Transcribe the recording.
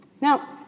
Now